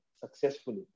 successfully